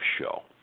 show